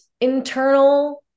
internal